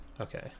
okay